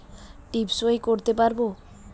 টিপ সই করতে পারবো?